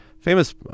famous